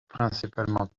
principalement